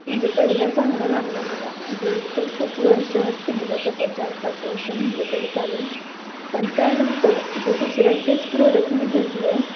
म्हणजे पहिला चांगला लागला मला म्हणजे तो खूप वर्ष टिकला तसा चार पाच वर्ष म्हटलं तरी चालेल पण त्यानंतर जो दुसरा तेच प्रॉडक्ट मी घेतलं आहे